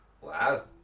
Wow